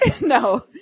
No